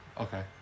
Okay